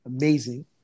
amazing